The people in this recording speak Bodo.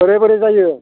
बोरै बोरै जायो